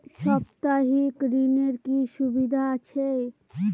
সাপ্তাহিক ঋণের কি সুবিধা আছে?